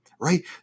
Right